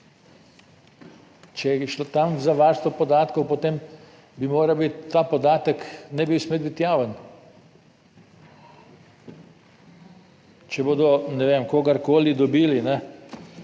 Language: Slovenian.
Če je šlo tam za varstvo podatkov, potem bi moral biti ta podatek, ne bi smel biti javen. Če bodo, ne vem, kogarkoli dobili